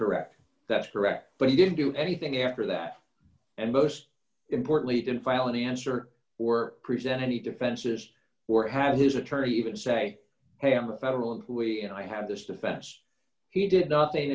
correct that's correct but he didn't do anything after that and most importantly didn't file any answer or present any defenses or have his attorney even say hey i'm a federal employee and i have this defense he did nothing